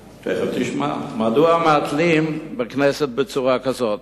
מדוע מהתלים בכנסת בצורה כזאת?